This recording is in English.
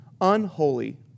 unholy